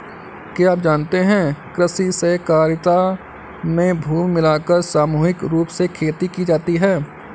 क्या आप जानते है कृषि सहकारिता में भूमि मिलाकर सामूहिक रूप से खेती की जाती है?